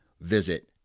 visit